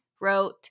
wrote